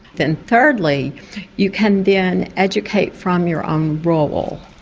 then thirdly you can then educate from your own role,